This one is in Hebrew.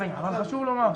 חשוב לומר,